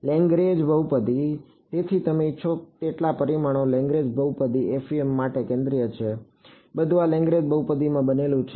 Lagrange બહુપદી તેથી તમે ઇચ્છો તેટલા પરિમાણોમાં લેગ્રેન્જ બહુપદી FEM માટે કેન્દ્રિય છે બધું આ લેગ્રેન્જ બહુપદીમાંથી બનેલું છે